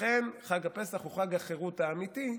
לכן חג הפסח הוא חג החירות האמיתי,